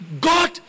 God